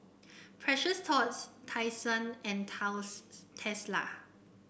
Precious Thots Tai Sun and Tesla